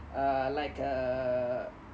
uh like uh